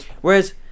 Whereas